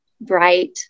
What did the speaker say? bright